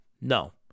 no